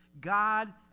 God